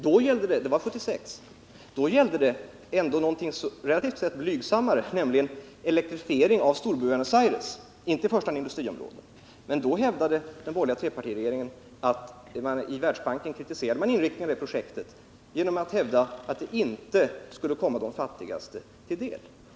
Det var 1976, och då gällde det något relativt sett blygsammare, nämligen elektrifiering av Sior-Buenos Aires, inte i första hand industriområden. Då kritiserade den borgerliga trepartiregeringen i Världsbanken det projektet genom att hävda att det inte skulle komma de fattigaste till del.